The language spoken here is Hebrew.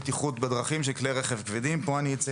בטיחות כלי הרכב הכבדים ובכלל בטיפול בכלי הרכב